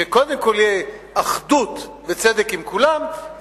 שקודם כול יהיו אחדות וצדק עם כולם,